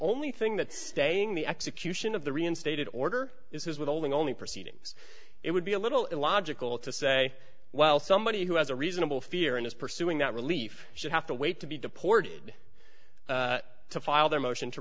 only thing that staying the execution of the reinstated order is withholding only proceedings it would be a little illogical to say well somebody who has a reasonable fear and is pursuing that relief should have to wait to be deported to file their motion to